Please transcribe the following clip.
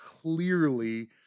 clearly